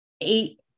eight